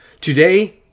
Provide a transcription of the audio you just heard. Today